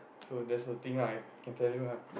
so that's the thing lah I can tell you